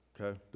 okay